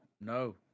no